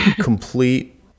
complete